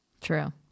True